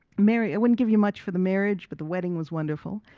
marry, it wouldn't give you much for the marriage, but the wedding was wonderful,